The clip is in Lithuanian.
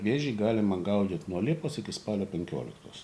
vėžį galima gaudyt nuo liepos iki spalio penkioliktos